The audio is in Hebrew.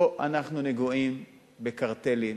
פה אנחנו נגועים בקרטלים,